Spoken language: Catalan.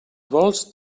vols